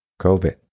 COVID